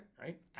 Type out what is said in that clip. Right